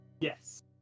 Yes